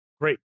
great